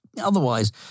otherwise